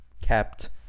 kept